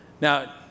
Now